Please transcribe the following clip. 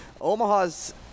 Omaha's